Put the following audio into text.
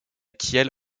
kiel